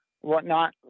whatnot